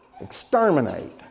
Exterminate